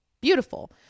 beautiful